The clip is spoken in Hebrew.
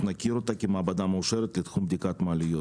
נכיר אותה כמעבדה מאושרת בתחום בדיקת מעליות.